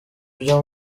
ibyo